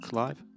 live